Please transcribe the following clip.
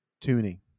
tuning